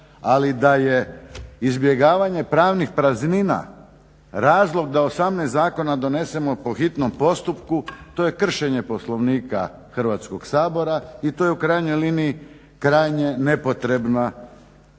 ali da je izbjegavanje pravnih praznina razlog da 18 zakona donesemo po hitnom postupku, to je kršenje Poslovnika Hrvatskog sabora i to je u krajnjoj liniji krajnje nepotrebna žurba.